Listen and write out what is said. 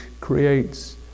creates